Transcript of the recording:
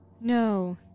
No